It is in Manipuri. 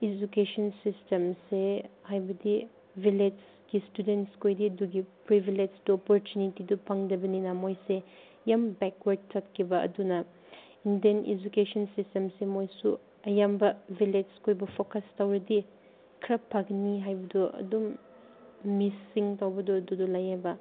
ꯏꯖꯨꯀꯦꯁꯟ ꯁꯤꯁꯇꯦꯝꯁꯦ ꯍꯥꯏꯕꯗꯤ ꯚꯤꯂꯦꯖꯀꯤ ꯏꯁꯇꯨꯗꯦꯟꯁꯈꯣꯏꯗꯤ ꯑꯗꯨꯒꯤ ꯄ꯭ꯔꯤꯕꯤꯂꯦꯖꯇꯣ ꯑꯣꯄꯣꯔꯆꯨꯅꯤꯇꯤꯗꯣ ꯐꯪꯗꯕꯅꯤꯅ ꯃꯣꯏꯁꯦ ꯌꯥꯝ ꯕꯦꯛꯋꯥꯔꯠ ꯆꯠꯈꯤꯕ ꯑꯗꯨꯅ ꯏꯟꯗꯤꯌꯥꯟ ꯏꯖꯨꯀꯦꯁꯟ ꯁꯤꯁꯇꯦꯝꯁꯦ ꯃꯣꯏꯁꯨ ꯑꯌꯥꯝꯕ ꯚꯤꯂꯦꯖꯈꯣꯏꯕꯨ ꯐꯣꯀꯁ ꯇꯧꯔꯗꯤ ꯈꯔ ꯐꯒꯅꯤ ꯍꯥꯏꯕꯗꯣ ꯑꯗꯨꯝ ꯃꯤꯁꯤꯡ ꯇꯧꯕꯗꯣ ꯑꯗꯨꯗꯣ ꯂꯩꯌꯦꯕ